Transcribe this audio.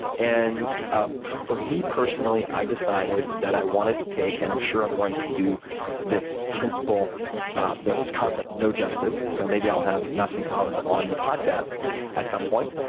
and for me personally, i decided that i wanted to take and i'm sure i'm going to do this principle the concept no justice. so maybe i'll have nassim taleb on the podcast at some point.